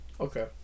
Okay